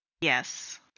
Yes